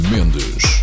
Mendes